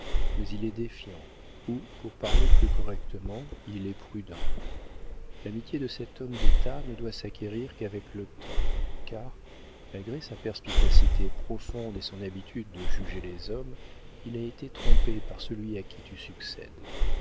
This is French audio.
mais il est défiant ou pour parler plus correctement il est prudent l'amitié de cet homme d'état ne doit s'acquérir qu'avec le temps car malgré sa perspicacité profonde et son habitude de juger les hommes il a été trompé par celui à qui tu succèdes